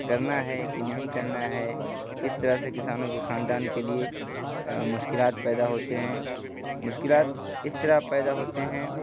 کرنا ہے کہ نہیں کرنا ہے کس طرح سے کسانوں کے خاندان کے لیے مشکلات پیدا ہوتے ہیں مشکلات اس طرح پیدا ہوتے ہیں